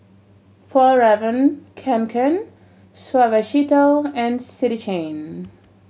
Fjallraven Kanken Suavecito and City Chain